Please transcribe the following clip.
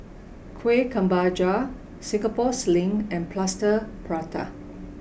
Kuih Kemboja Singapore sling and plaster prata